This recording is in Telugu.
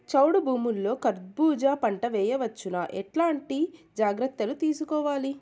చౌడు భూముల్లో కర్బూజ పంట వేయవచ్చు నా? ఎట్లాంటి జాగ్రత్తలు తీసుకోవాలి?